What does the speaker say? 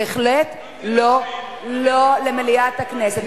בהחלט לא למליאת הכנסת.